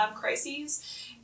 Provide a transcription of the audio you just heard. crises